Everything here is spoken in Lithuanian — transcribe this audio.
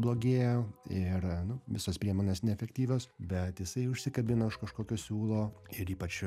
blogėja ir nu visos priemonės neefektyvios bet jisai užsikabina už kažkokio siūlo ir ypač